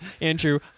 Andrew